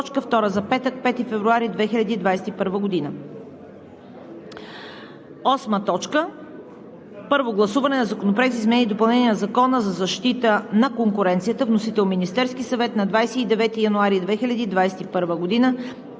Първо гласуване на Законопроекта за изменение и допълнение на Закона за защита на конкуренцията. Вносител – Министерският съвет на 29 януари 2021 г.